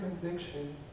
conviction